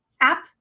app